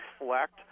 reflect